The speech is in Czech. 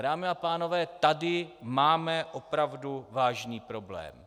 Dámy a pánové, tady máme opravdu vážný problém.